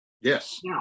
Yes